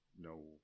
no